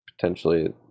potentially